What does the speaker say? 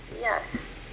Yes